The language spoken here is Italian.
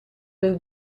per